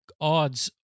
odds